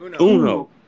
Uno